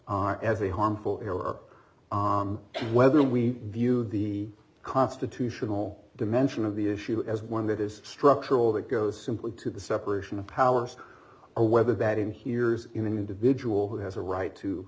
are as a harmful error whether we view the constitutional dimension of the issue as one that is structural that goes simply to the separation of powers or whether that inheres in an individual who has a right to